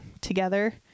together